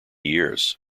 years